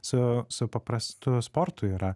su su paprastu sportu yra